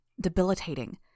debilitating